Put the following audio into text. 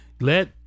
Let